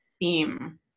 theme